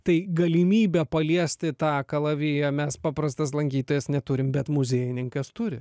tai galimybė paliesti tą kalaviją mes paprastas lankytojas neturim bet muziejininkas turi